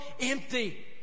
empty